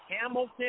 Hamilton